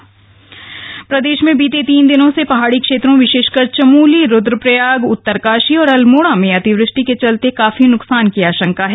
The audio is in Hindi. मौसम प्रदेश मं बीते तीन दिनों से पहाड़ी क्षेत्रों विशेशकर चमोली रुप्रदप्रयाग उत्तरकाशी और अल्मोड़ा में अतिवृश्टि को चलते काफी नुकसान की आ ांका है